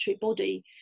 body